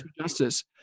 justice